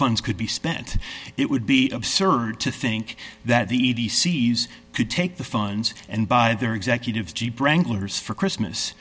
funds could be spent it would be absurd to think that the e c s could take the funds and buy their executives jeep wrangler is for christmas